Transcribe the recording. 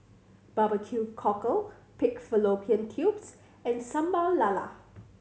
barbecue cockle pig fallopian tubes and Sambal Lala